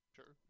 Sure